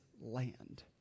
land